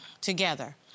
together